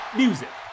music